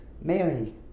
Mary